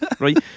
right